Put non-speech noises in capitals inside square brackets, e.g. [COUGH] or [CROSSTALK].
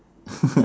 [LAUGHS]